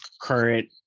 current